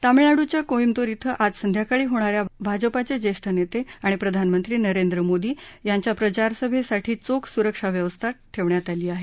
तमिळनाडूच्या कोईमतूर क्वे आज संध्याकाळी होणा या भाजपाचे ज्येष्ठ नेते आणि प्रधानमंत्री नरेंद्र मोदी यांच्या प्रचारसभेसाठी चोख सुरक्षा व्यवस्था ठेवण्यात आली आहे